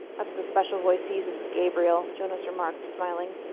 that's the special voice he uses with gabriel, jonas remarked, smiling.